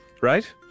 right